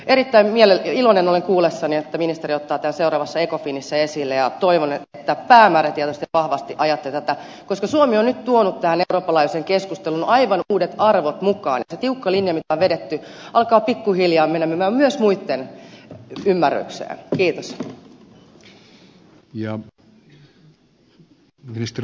erittäin iloinen olen kuullessani että ministeri ottaa tämän seuraavassa ecofinissä esille ja toivon että päämäärätietoisesti ja vahvasti ajatte tätä koska suomi on nyt tuonut tähän eurooppalaiseen keskusteluun aivan uudet arvot mukaan ja se tiukka linja mitä on vedetty alkaa pikkuhiljaa menemään myös muitten ymmärrykseen